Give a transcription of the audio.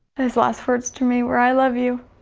his last words to me were, i love you.